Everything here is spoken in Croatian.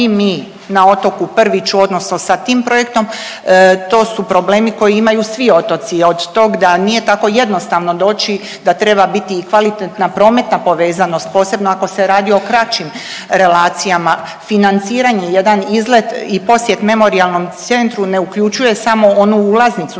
mi na otoku Prviću odnosno sa tim projektom to su problemi koji imaju svi otoci od tog da nije tako jednostavno doći da treba biti kvalitetna prometna povezanost, posebno ako se radi o kraćim relacijama, financiranje jedan izlet i posjet memorijalnom centru ne uključuje samo onu ulaznicu